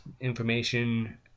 information